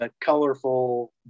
colorful